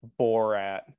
Borat